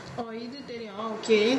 இது தெரியும்:ithu theriyum okay